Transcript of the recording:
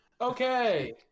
Okay